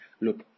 Look